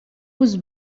was